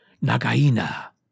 Nagaina